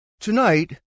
Tonight